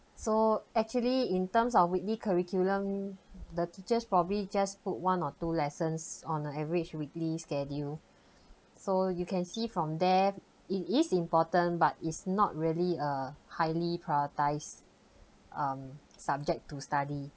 so actually in terms of weekly curriculum the teachers probably just put one or two lessons on the average weekly schedule so you can see from there it is important but is not really a highly prioritised um subject to study